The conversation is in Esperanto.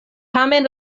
tamen